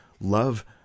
love